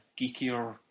geekier